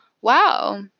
Wow